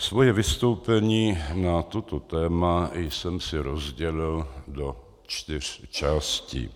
Svoje vystoupení na toto téma jsem si rozdělil do čtyř částí.